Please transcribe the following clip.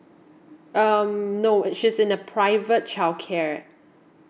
um no she's in a private childcare